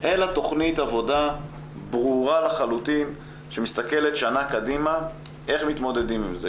אלא תוכנית עבודה ברורה לחלוטין שמסתכלת שנה קדימה איך מתמודדים עם זה.